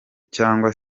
cyangwa